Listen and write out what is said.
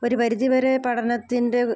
ഒരു പരിധി വരെ പഠനത്തിൻ്റെ